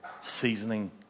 seasoning